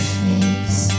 face